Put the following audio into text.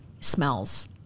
smells